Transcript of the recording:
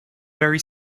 very